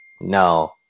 no